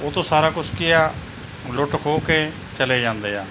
ਉਹ ਤੋਂ ਸਾਰਾ ਕੁਝ ਕੀ ਆ ਲੁੱਟ ਖੋਹ ਕੇ ਚਲੇ ਜਾਂਦੇ ਆ